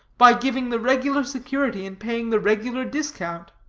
by giving the regular security and paying the regular discount.